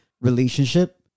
relationship